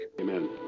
Amen